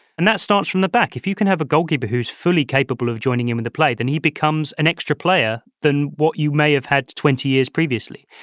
and that starts from the back. if you can have a goalkeeper who's fully capable of joining in with the play, then he becomes an extra player than what you may have had twenty years previously.